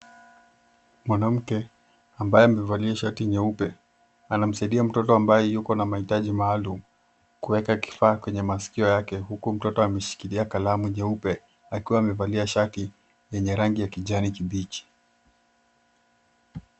Mwanamke ambaye amevalia shati nyeupe anamsaidia mtoto ambaye yuko na mahitaji maalum kuweka kifaa kwenye masikio yake huku mtoto ameshikilia kalamu nyeupe akiwa amevalia shati yenye rangi ya kijani kibichi.